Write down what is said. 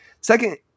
Second